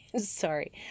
sorry